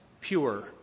pure